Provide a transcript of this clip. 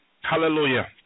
Hallelujah